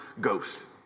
ghost